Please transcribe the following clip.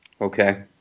Okay